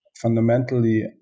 fundamentally